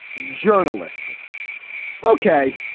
journalist ok,